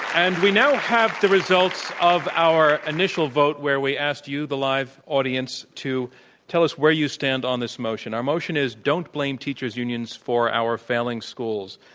and we now have the results of our initial vote where we asked you, the live audience, to tell us where you stand on the motion. our motion is don't blame teacher's union for our failing schools.